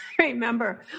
remember